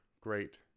great